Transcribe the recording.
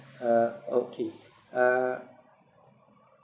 uh okay uh